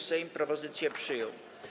Sejm propozycję przyjął.